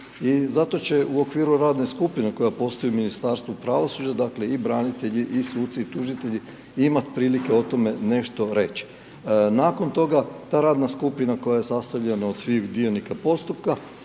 zato će u okviru radne skupine, koja postoji u Ministarstvu pravosuđa, dakle i branitelji i suci i tužitelji, imati prilike o tome nešto reći. Nakon toga, ta radna skupina, koja je sastavljena od svih dionika postupak,